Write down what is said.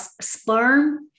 sperm